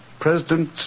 President